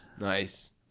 Nice